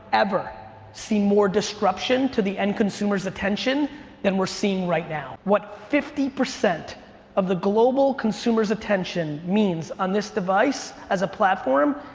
ever seen more disruption to the end consumer's attention than we're seeing right now. what fifty percent of the global consumer's attention means on this device as a platform,